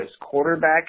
quarterback